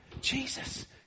Jesus